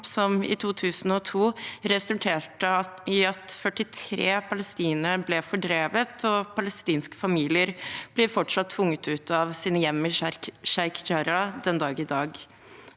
som i 2002 resulterte i at 43 palestinere ble fordrevet. Palestinske familier blir fortsatt tvunget ut av sine hjem i Sheikh Jarrah den dag i dag.